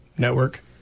Network